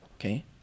Okay